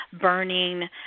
burning